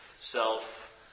self